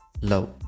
love